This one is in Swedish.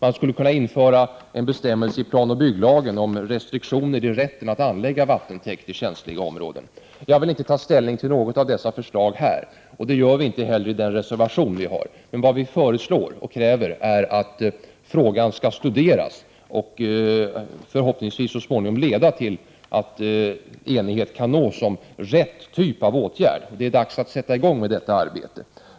Man skulle kunna införa en bestämmelse i planoch bygglagen om restriktioner i rätten att anlägga vattentäkt i känsliga områden. Jag vill inte ta ställning till något av dessa förslag i detta sammanhang, och det görs inte heller i vår reservation. Men vad vi föreslår och kräver är att frågan skall studeras och förhoppningsvis så småningom leda till att enighet kan nås om rätt typ av åtgärd. Det är dags att sätta i gång med detta arbete.